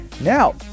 Now